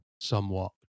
somewhat